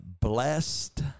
blessed